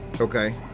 Okay